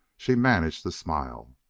she managed to smile.